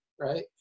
right